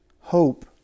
hope